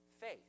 faith